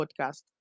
podcast